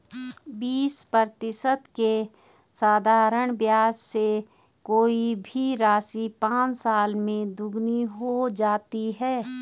बीस प्रतिशत के साधारण ब्याज से कोई भी राशि पाँच साल में दोगुनी हो जाती है